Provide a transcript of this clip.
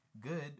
good